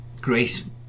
great